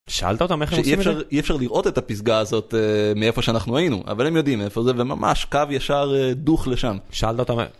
שאלת אותם, אי אפשר לראות את הפסגה הזאת מאיפה שאנחנו היינו אבל הם יודעים איפה זה ממש קו ישר דוך לשם. שאלת אותם..